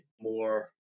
more